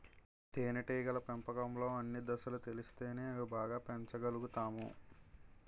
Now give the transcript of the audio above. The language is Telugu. తేనేటీగల పెంపకంలో అన్ని దశలు తెలిస్తేనే అవి బాగా పెంచగలుతాము